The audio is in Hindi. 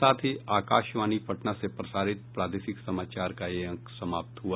इसके साथ ही आकाशवाणी पटना से प्रसारित प्रादेशिक समाचार का ये अंक समाप्त हुआ